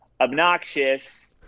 Obnoxious